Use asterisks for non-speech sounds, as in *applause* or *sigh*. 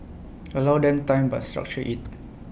*noise* allow them time but structure IT